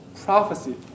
prophecy